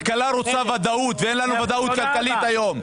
כלכלה רוצה ודאות ואין לנו ודאות כלכלית היום.